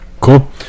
Cool